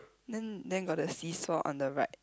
then then got the seesaw on the right